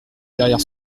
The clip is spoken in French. derrière